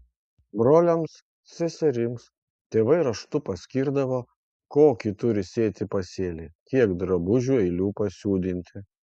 broliams seserims tėvai raštu paskirdavo kokį turi sėti pasėlį kiek drabužių eilių pasiūdinti